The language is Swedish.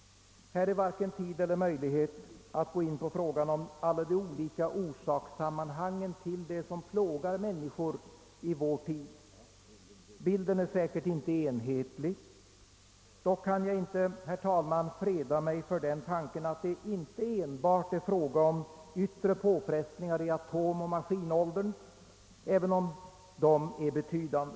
Här är varken tid eller möjlighet att gå in på alla de olika orsakerna till det som plågar människor i vår tid. Bilden är säkert inte enhetlig. Dock kan jag inte, herr talman, freda mig för tanken att det inte enbart är fråga om yttre påfrestningar i atomoch maskinåldern, även om dessa är betydande.